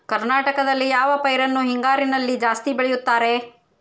ಕರ್ನಾಟಕದಲ್ಲಿ ಯಾವ ಪೈರನ್ನು ಹಿಂಗಾರಿನಲ್ಲಿ ಜಾಸ್ತಿ ಬೆಳೆಯುತ್ತಾರೆ?